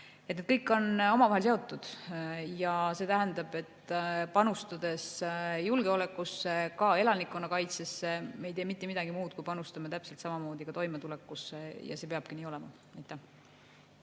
kõik on omavahel seotud ja see tähendab, et panustades julgeolekusse, ka elanikkonnakaitsesse, ei tee me mitte midagi muud, kui panustame täpselt samamoodi ka toimetulekusse. See peabki nii olema. Muidugi